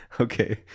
okay